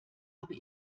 aber